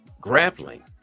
grappling